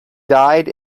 died